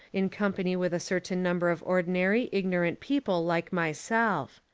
in com pany with a certain number of ordinary, igno rant people like myself.